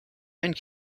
and